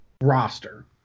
roster